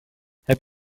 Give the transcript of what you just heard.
heb